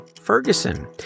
Ferguson